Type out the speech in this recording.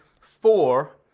four